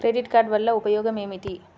Credit card వల్ల ఉపయోగం ఏమిటీ?